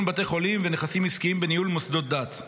בתי חולים ונכסים עסקיים בניהול מוסדות דת.